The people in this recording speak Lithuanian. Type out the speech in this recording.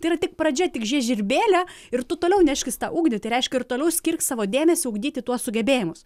tai yra tik pradžia tik žiežirbėlė ir tu toliau neškis tą ugdyti reiškia ir toliau skirk savo dėmesį ugdyti tuos sugebėjimus